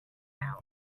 out